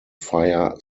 fire